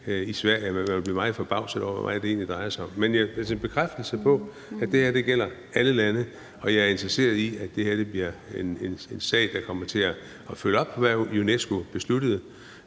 i Sverige, og man kan blive meget forbavset over, hvor meget det egentlig drejer sig om. Men det er altså en bekræftelse af, at det her gælder alle lande, og jeg er interesseret i, at det her bliver en sag, hvor man kommer til at følge op på, hvad UNESCO besluttede,